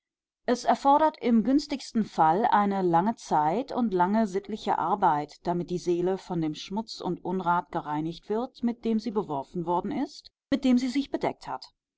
es erfordert im günstigsten fall eine lange zeit und lange sittliche arbeit damit die seele von dem schmutz und unrat gereinigt wird mit dem sie beworfen worden ist mit dem sie sich bedeckt hat